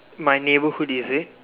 my neighbourhood is it